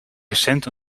recent